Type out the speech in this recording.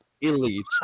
elite